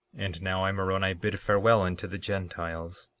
and now i, moroni, bid farewell unto the gentiles,